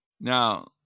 Now